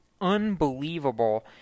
unbelievable